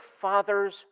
Father's